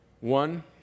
One